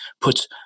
puts